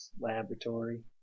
laboratory